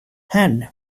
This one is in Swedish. herrn